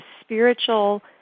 spiritual